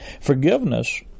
Forgiveness